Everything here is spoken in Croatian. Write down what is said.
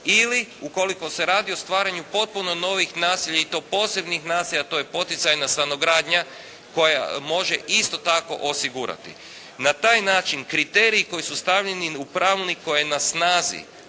ili ukoliko se radi o stvaranju potpuno novih, naselja, i to posebnih naselja, a to je poticajna stanogradnja koja može isto tako osigurati. Na taj način kriteriji koju su stavljeni u pravilnik koji je na snazi